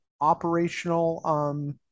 operational